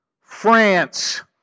France